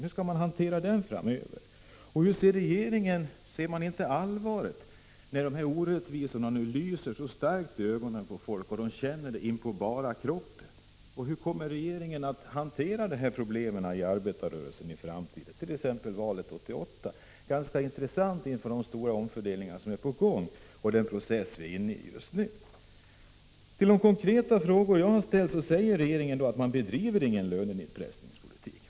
Hur skall man hantera den framöver? Inser man inom regeringen inte allvaret, när dessa orättvisor nu lyser så starkt i ögonen på folk och när de så påtagligt känner av dem? Hur skall man hantera detta problem inom arbetarrörelsen i framtiden, t.ex. i valet 1988? Inför de stora omfördelningar som är på gång och med hänvisning till den process som vi just nu befinner oss i, vore det intressant att få svar på dessa frågor. Som svar på de konkreta frågor jag har ställt sägs att regeringen inte bedriver någon lönenedpressningspolitik.